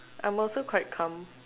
I'm also quite calm